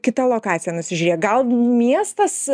kitą lokaciją nusižiūrėję gal miestas